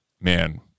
man